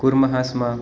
कुर्मः स्म